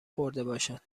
خوردهباشد